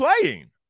playing